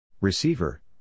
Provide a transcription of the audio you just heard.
Receiver